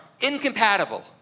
incompatible